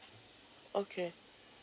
okay